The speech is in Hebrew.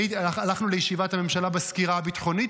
הלכנו לישיבת הממשלה בסקירה הביטחונית